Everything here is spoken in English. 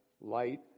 light